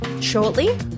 shortly